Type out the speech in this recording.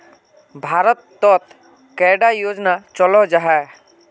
भारत तोत कैडा योजना चलो जाहा?